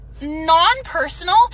non-personal